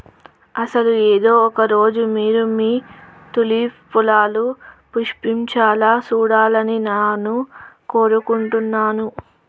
అసలు ఏదో ఒక రోజు మీరు మీ తూలిప్ పొలాలు పుష్పించాలా సూడాలని నాను కోరుకుంటున్నాను